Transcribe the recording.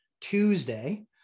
tuesday